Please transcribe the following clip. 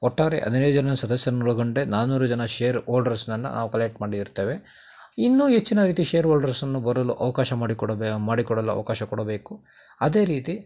ಒಟ್ಟಾರೆ ಹದಿನೈದು ಜನ ಸದಸ್ಯರನ್ನೊಳಗೊಂಡ ನಾನ್ನೂರು ಜನ ಷೇರು ಓಲ್ಡರ್ಸ್ನನ್ನು ನಾವು ಕಲೆಕ್ಟ್ ಮಾಡಿ ಇರ್ತೇವೆ ಇನ್ನೂ ಹೆಚ್ಚಿನ ರೀತಿಯ ಷೇರ್ ಓಲ್ಡರ್ಸನ್ನು ಬರಲು ಅವಕಾಶ ಮಾಡಿಕೊಡಬೆ ಮಾಡಿಕೊಡಲು ಅವಕಾಶ ಕೊಡಬೇಕು ಅದೇ ರೀತಿ